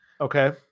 Okay